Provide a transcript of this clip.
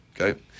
Okay